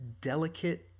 delicate